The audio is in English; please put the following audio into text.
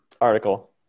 Article